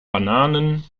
bananen